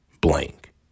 blank